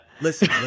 Listen